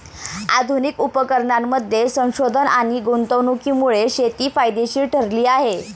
आधुनिक उपकरणांमध्ये संशोधन आणि गुंतवणुकीमुळे शेती फायदेशीर ठरली आहे